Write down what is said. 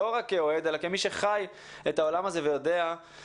הוא לא רק אוהד אלא חי את העולם הזה ויודע שאחד